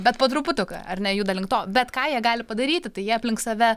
bet po truputuką ar nejuda link to bet ką jie gali padaryti tai jie aplink save